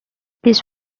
this